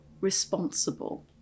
responsible